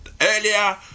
Earlier